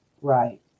right